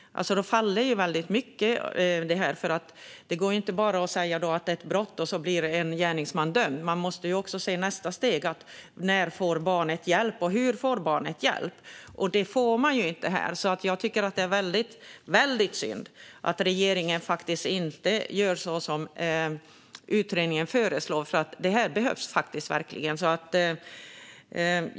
Då faller ju väldigt mycket av det här. Det går inte att bara säga att det är ett brott och att en gärningsman blir dömd. Man måste också se nästa steg: När får barnet hjälp, och hur får barnet hjälp? Det får det ju inte här. Jag tycker att det är väldigt synd att regeringen inte gör så som utredningen föreslår, för det här skulle verkligen behövas.